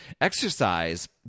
Exercise